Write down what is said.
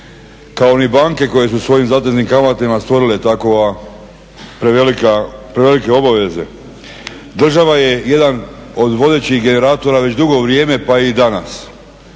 kao ni banke koje su svojim zateznim kamatama stvorili takova prevelike obaveze. Država je jedan od vodećih generatora već dugo vrijeme pa i danas.